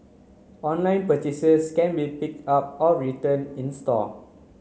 online purchases can be picked up or return in store